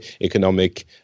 economic